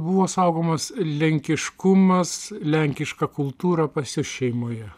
buvo saugomas lenkiškumas lenkiška kultūra pas jus šeimoje